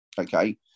Okay